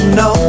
no